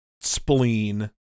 spleen